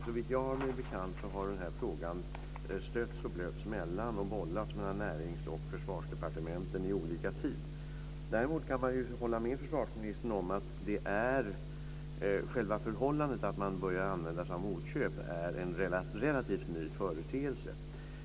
Såvitt mig bekant har denna fråga stötts och blötts och bollats mellan Närings och Försvarsdepartementen i olika tider. Däremot kan man hålla med försvarsministern om att själva förhållandet att man börjar använda sig av motköp är en relativt ny företeelse.